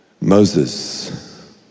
Moses